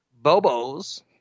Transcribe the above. Bobo's